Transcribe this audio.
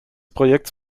projekts